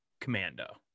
Commando